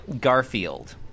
Garfield